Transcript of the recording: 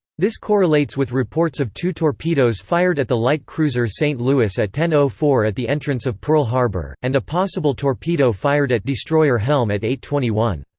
this correlates with reports of two torpedoes fired at the light cruiser st. louis at ten ah four at the entrance of pearl harbor, and a possible torpedo fired at destroyer helm at eight twenty one.